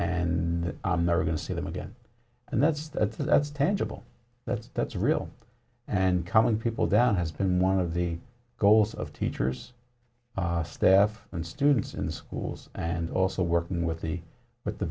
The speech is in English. and i'm never going to see them again and that's that's that's tangible that's that's real and common people down has been one of the goals of teachers staff and students in the schools and also working with the with the